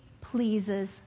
pleases